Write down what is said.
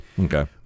Okay